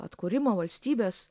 atkūrimo valstybės